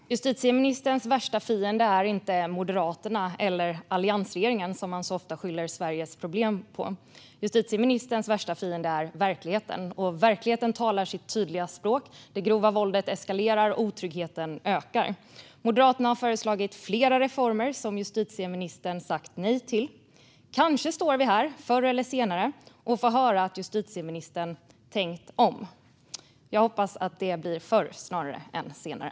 Herr talman! Justitieministerns värsta fiende är inte Moderaterna eller alliansregeringen, som han så ofta skyller Sveriges problem på. Justitieministerns värsta fiende är verkligheten, och verkligheten talar sitt tydliga språk. Det grova våldet eskalerar, och otryggheten ökar. Moderaterna har föreslagit flera reformer som justitieministern har sagt nej till. Kanske står vi här förr eller senare och får höra att justitieministern har tänkt om. Jag hoppas att det blir förr snarare än senare.